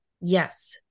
Yes